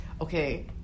Okay